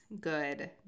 good